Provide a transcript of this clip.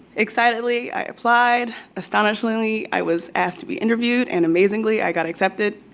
excitedly, i applied. astonishingly, i was asked to be interviewed, and amazingly i got accepted.